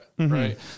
right